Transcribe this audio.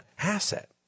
asset